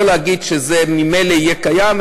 לא להגיד שזה ממילא יהיה קיים,